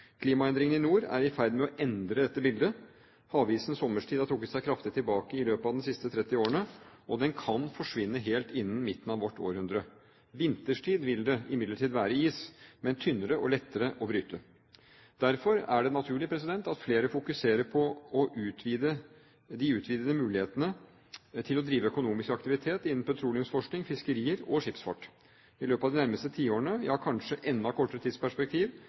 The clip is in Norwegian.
Klimaendringene i nord er i ferd med å endre dette bildet. Havisen sommerstid har trukket seg kraftig tilbake i løpet av de siste tretti årene. Den kan forsvinne helt innen midten av vårt århundre. Vinterstid vil det imidlertid være is, men tynnere og lettere å bryte. Derfor er det naturlig at flere fokuserer på de utvidede mulighetene til å drive økonomisk aktivitet innen petroleumsforskning, fiskerier og skipsfart. I løpet av de nærmeste tiårene – ja, kanskje i et enda kortere tidsperspektiv